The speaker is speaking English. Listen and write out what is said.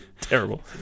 Terrible